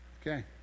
Okay